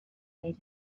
made